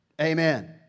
Amen